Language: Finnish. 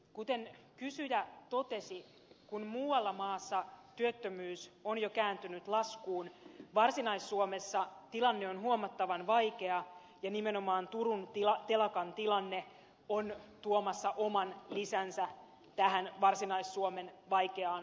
kuten kysyjä totesi kun muualla maassa työttömyys on jo kääntynyt laskuun varsinais suomessa tilanne on huomattavan vaikea ja nimenomaan turun telakan tilanne on tuomassa oman lisänsä tähän varsinais suomen vaikeaan tilanteeseen